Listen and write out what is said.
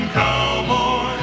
cowboy